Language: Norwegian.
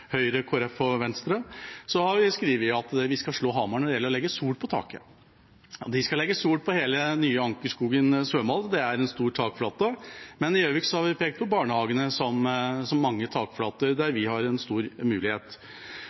Høyre, Kristelig Folkeparti og Venstre, skrevet at vi skal slå Hamar når det gjelder å legge solceller på tak. De skal legge solceller på hele nye Ankerskogen svømmehall – det er en stor takflate. Men i Gjøvik har vi pekt på barnehagene, som har mange takflater. Der vi har en stor mulighet.